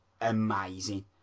amazing